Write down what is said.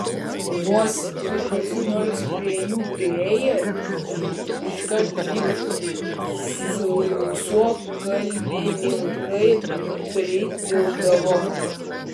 vos tik kas nors prie jų prisiartindavo iškart lyg suokalbininkai pritildavo